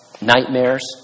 Nightmares